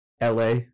LA